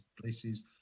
places